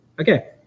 Okay